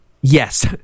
yes